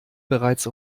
bereits